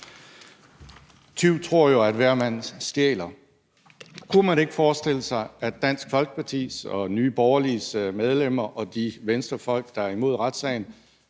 Tyv tror jo, at hver mand stjæler. Kunne man ikke forestille sig, at Dansk Folkepartis og Nye Borgerliges medlemmer og de venstrefolk, der er imod retssagen,